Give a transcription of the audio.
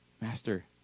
master